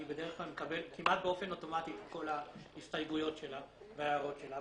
בדרך כלל מקבל כמעט באופן אוטומטי את כל ההסתייגויות שלה וההערות שלה.